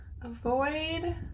avoid